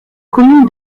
commune